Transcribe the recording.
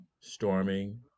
storming